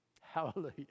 Hallelujah